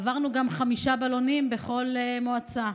עברנו גם חמישה בלונים בכל מועצה,